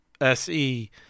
SE